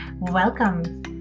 welcome